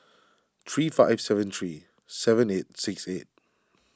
three five seven three seven eight six eight